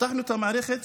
פתחנו את המערכת,